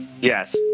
Yes